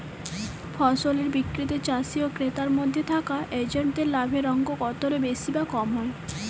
ফসলের বিক্রিতে চাষী ও ক্রেতার মধ্যে থাকা এজেন্টদের লাভের অঙ্ক কতটা বেশি বা কম হয়?